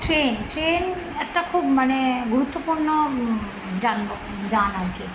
train train একটা খুব মানে গুরুত্বপূর্ণ যান যান আর কী